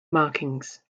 markings